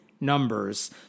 numbers